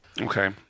Okay